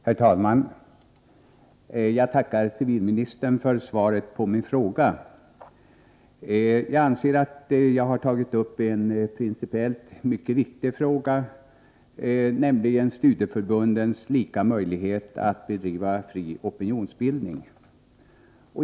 Herr talman! Jag tackar civilministern för svaret på min fråga. Jag anser att jag har tagit upp en principiellt mycket viktig fråga, nämligen studieförbundens likvärdiga möjligheter att bedriva fri opinionsbildning.